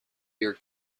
your